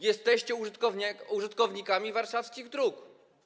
Jesteście użytkownikami warszawskich dróg.